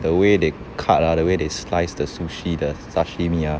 the way they cut ah the way they slice the sushi the sashimi ah